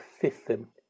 system